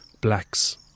Black's